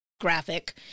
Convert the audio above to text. graphic